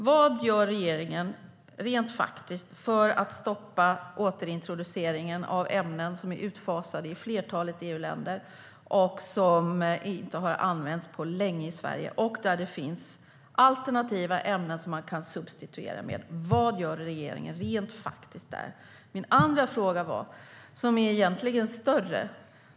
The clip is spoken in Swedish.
Vad gör regeringen rent faktiskt för att stoppa återintroduceringen av ämnen som är utfasade i flertalet EU-länder och som inte har använts på länge i Sverige och där det finns alternativa ämnen som man kan substituera med? Vad gör regeringen rent faktiskt där? Min andra fråga är egentligen är större.